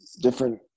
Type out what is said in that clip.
different –